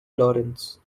lawrence